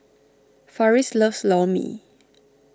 Farris loves Lor Mee